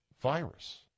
virus